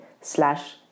slash